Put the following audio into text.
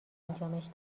انجامش